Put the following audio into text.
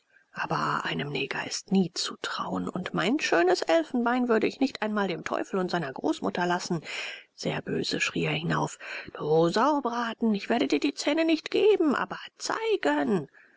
aber einem neger ist nie zu trauen und mein schönes elfenbein würde ich nicht einmal dem teufel und seiner großmutter lassen sehr böse schrie er hinauf du saubraten ich werde dir die zähne nicht geben aber zeigen